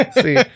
See